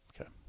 Okay